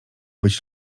być